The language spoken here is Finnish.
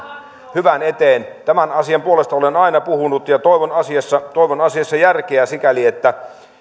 hyvän eteen tämän asian puolesta olen aina puhunut ja toivon asiassa järkeä sikäli että